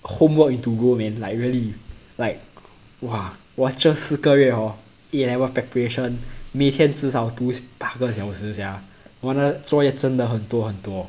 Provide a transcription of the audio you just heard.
homework into gold man like really like !wah! 我这四个月 hor A level preparation 每天至少读八个小时 sia 我的作业真的很多很多